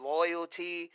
Loyalty